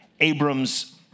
Abram's